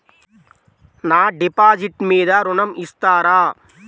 నా డిపాజిట్ మీద ఋణం ఇస్తారా?